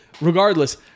Regardless